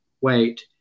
wait